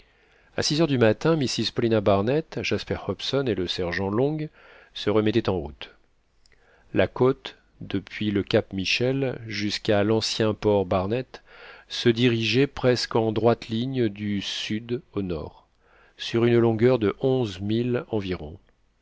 à six heures du matin mrs paulina barnett jasper hobson et le sergent long se remettaient en route la côte depuis le cap michel jusqu'à l'ancien port barnett se dirigeait presque en droite ligne du sud au nord sur une longueur de onze milles environ